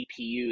GPU